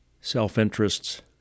self-interests